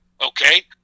okay